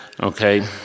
okay